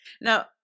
Now